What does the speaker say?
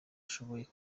ashoboye